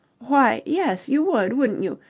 why, yes, you would, wouldn't you?